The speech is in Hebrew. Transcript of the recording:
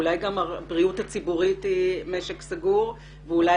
אולי גם הבריאות הציבורית היא משק סגור ואולי